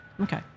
Okay